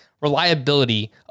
Reliability